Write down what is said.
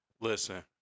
Listen